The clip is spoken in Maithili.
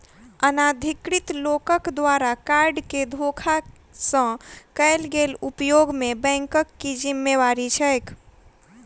अनाधिकृत लोकक द्वारा कार्ड केँ धोखा सँ कैल गेल उपयोग मे बैंकक की जिम्मेवारी छैक?